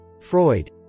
Freud